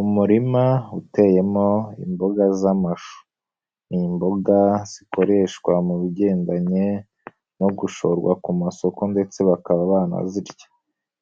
Umurima uteyemo imboga z'amashu, ni imboga zikoreshwa mu bigendanye no gushorwa ku masoko ndetse bakaba banazirya,